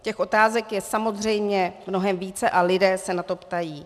Těch otázek je samozřejmě mnohem více a lidé se na to ptají.